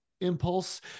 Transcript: impulse